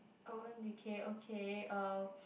Urban-Decay okay uh